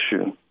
issue